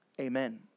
amen